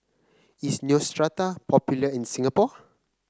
is Neostrata popular in Singapore